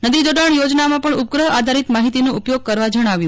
નદી જોડાણ યોજનામાં પણ ઉપગ્રહ આધારીત માહીતીનો ઉપયોગ કરવા જણાવ્યું